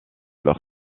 leur